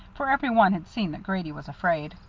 for every one had seen that grady was afraid.